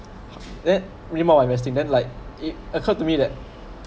then read more on investing then like it occurred to me that